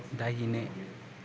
दाहिने